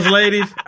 ladies